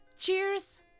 cheers